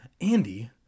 Andy